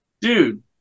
Dude